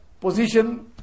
position